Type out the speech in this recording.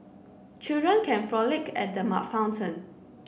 children can frolic at the fountain